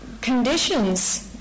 conditions